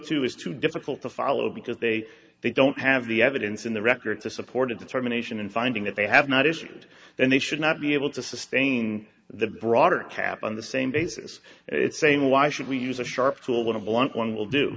two is too difficult to follow because they they don't have the evidence in the record to support a determination in finding that they have not issued then they should not be able to sustain the broader cap on the same basis it's saying why should we use a sharp tool that a blunt one will do